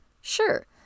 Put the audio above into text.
Sure